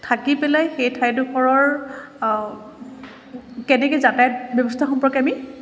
থাকি পেলাই সেই ঠাইডোখৰৰ কেনেকৈ যাতায়ত ব্যৱস্থা সম্পৰ্কে আমি